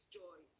joy